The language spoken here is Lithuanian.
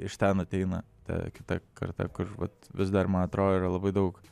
iš ten ateina ta kita karta kur vat vis dar man atrodo yra labai daug